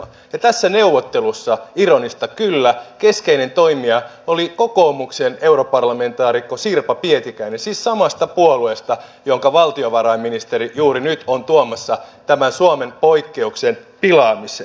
ja tässä neuvottelussa ironista kyllä keskeinen toimija oli kokoomuksen europarlamentaarikko sirpa pietikäinen siis samasta puolueesta jonka valtiovarainministeri juuri nyt on tuomassa tämän suomen poikkeuksen pilaamisen